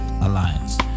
Alliance